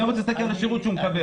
אני רוצה להסתכל על השירות שאדם מקבל.